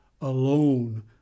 alone